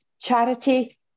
charity